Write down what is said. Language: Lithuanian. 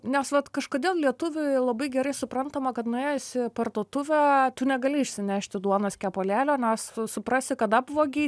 nes vat kažkodėl lietuviui labai gerai suprantama kad nuėjus į parduotuvę tu negali išsinešti duonos kepalėlio nes tu suprasi kad apvogei